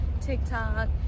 TikTok